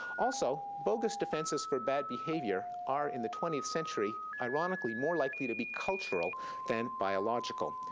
also, bogus defenses for bad behavior are, in the twentieth century, ironically, more likely to be cultural than biological.